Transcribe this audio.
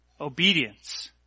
obedience